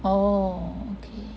oh okay